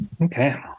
Okay